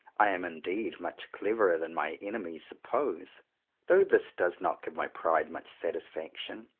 i am indeed much cleverer than my enemies suppose though this does not give my pride much satisfaction,